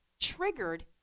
triggered